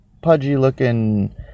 pudgy-looking